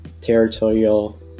territorial